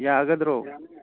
ꯌꯥꯒꯗ꯭ꯔꯣ